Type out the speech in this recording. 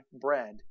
bread